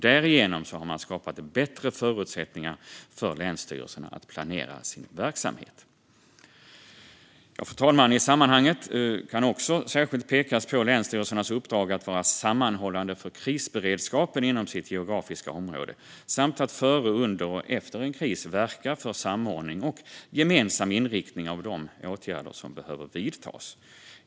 Därigenom har man skapat bättre förutsättningar för länsstyrelserna att planera sin verksamhet. Fru talman! I sammanhanget kan också särskilt pekas på länsstyrelsernas uppdrag att vara sammanhållande för krisberedskapen inom sitt geografiska område samt att före, under och efter en kris verka för samordning och gemensam inriktning av de åtgärder som behöver vidtas.